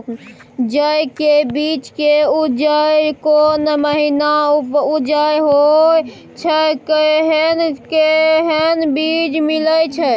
जेय के बीज के उपज कोन महीना उपज होय छै कैहन कैहन बीज मिलय छै?